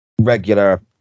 regular